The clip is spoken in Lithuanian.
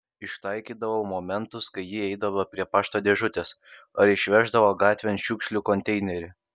ištaikydavau momentus kai ji eidavo prie pašto dėžutės ar išveždavo gatvėn šiukšlių konteinerį